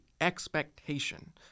expectation